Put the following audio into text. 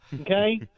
Okay